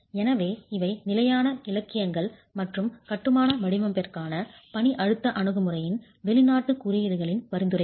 எனவே இவை நிலையான இலக்கியங்கள் மற்றும் கட்டுமான வடிவமைப்பிற்கான பணி அழுத்த அணுகுமுறையின் வெளிநாட்டு குறியீடுகளின் பரிந்துரைகள்